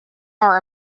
are